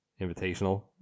Invitational